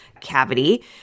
cavity